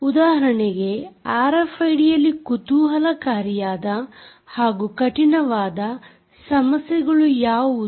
ಉದಾಹರಣೆಗೆ ಆರ್ಎಫ್ಐಡಿಯಲ್ಲಿ ಕುತೂಹಲಕಾರಿಯಾದ ಹಾಗೂ ಕಠಿಣವಾದ ಸಮಸ್ಯೆಗಳು ಯಾವುದು